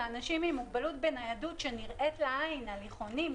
תעדוף לאנשים עם מוגבלות בניידות שנראית לעין כמו הליכונים,